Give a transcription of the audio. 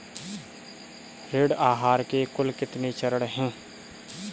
ऋण आहार के कुल कितने चरण हैं?